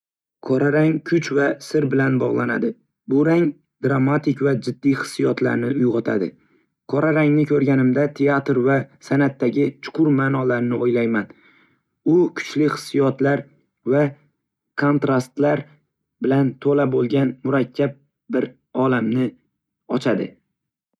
Qora rang kuch va sir bilan bog‘lanadi. Bu rang dramatik va jiddiy hissiyotlarni uyg‘otadi. Qora rangni ko‘rganimda teatr va san’atdagi chuqur ma’nolarni o‘ylayman, u kuchli hissiyotlar va kontrastlar bilan to‘la bo‘lgan murakkab bir olamni ochadi.